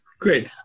Great